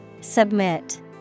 Submit